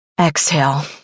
Exhale